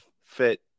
fit